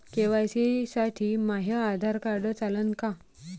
KYC साठी माह्य Aadhaar card चालन का?